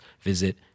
visit